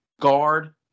guard